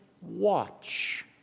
watch